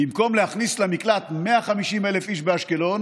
ובמקום להכניס למקלט 150,000 איש באשקלון